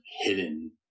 hidden